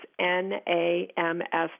N-A-M-S